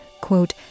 quote